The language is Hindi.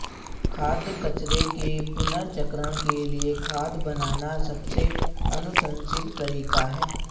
खाद्य कचरे के पुनर्चक्रण के लिए खाद बनाना सबसे अनुशंसित तरीका है